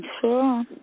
Sure